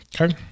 Okay